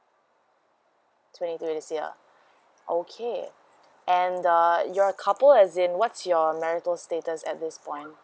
twenty to this year okay and uh you are a couple as in what's your marital status at this point